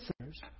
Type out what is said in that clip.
sinners